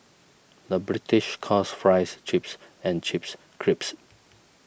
the British calls Fries Chips and Chips Crisps